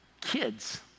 kids